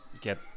get